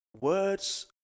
words